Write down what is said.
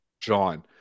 john